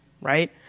right